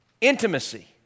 Intimacy